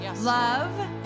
Love